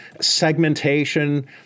segmentation